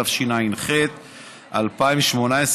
התשע"ח 2018,